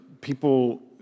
people